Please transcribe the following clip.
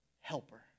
helper